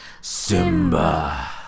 Simba